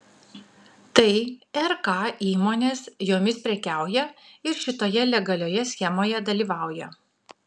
tai rk įmonės jomis prekiauja ir šitoje legalioje schemoje dalyvauja